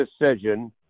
decision